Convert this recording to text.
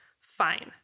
fine